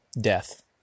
death